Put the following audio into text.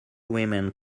women